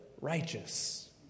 righteous